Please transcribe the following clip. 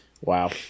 Wow